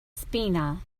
spina